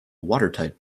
watertight